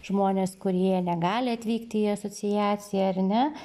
žmones kurie negali atvykti į asociaciją ar ne